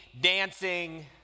dancing